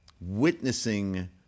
witnessing